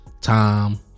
Time